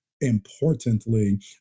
importantly